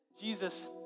Jesus